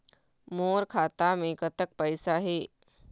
मोर खाता मे कतक पैसा हे?